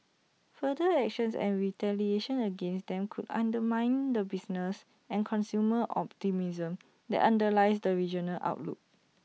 further actions and retaliation against them could undermine the business and consumer optimism that underlies the regional outlook